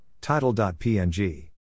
title.png